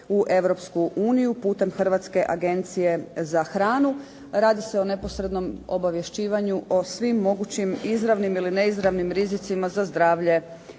uniju putem Hrvatske agencije za hranu. Radi se o neposrednom obavješćivanju o svim mogućim izravnim ili neizravnim rizicima za zdravlje